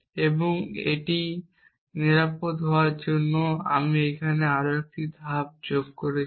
এবং এটি নিরাপদ হওয়ার জন্য আমি এখানে আরও 1টি ধারা যোগ করেছি